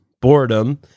boredom